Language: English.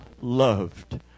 loved